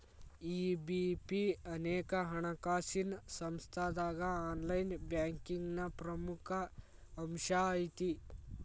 EBP ಅನೇಕ ಹಣಕಾಸಿನ್ ಸಂಸ್ಥಾದಾಗ ಆನ್ಲೈನ್ ಬ್ಯಾಂಕಿಂಗ್ನ ಪ್ರಮುಖ ಅಂಶಾಐತಿ